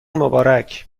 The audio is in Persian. مبارک